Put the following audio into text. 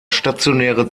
stationäre